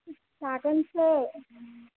जागोनसो